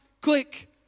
click